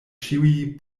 ĉiuj